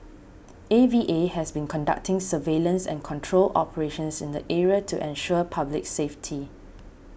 A V A has been conducting surveillance and control operations in the area to ensure public safety